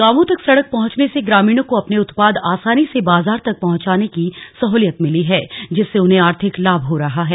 गांवों तक सड़क पहुंचने से ग्रामीणों को अपने उत्पाद आसानी से बाजार तक पहुंचाने की सहूलियत मिली है जिससे उन्हें आर्थिक लाभ हो रहा है